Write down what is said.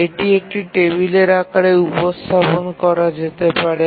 এটি একটি টেবিলের আকারে উপস্থাপন করা যেতে পারে